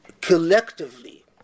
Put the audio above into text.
collectively